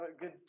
good